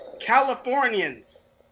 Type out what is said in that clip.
Californians